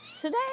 Today